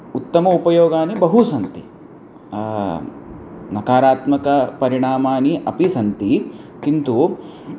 उत्तमाः उपयोगाः बहवः सन्ति नकारात्मकपरिणामानि अपि सन्ति किन्तु